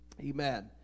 Amen